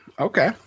okay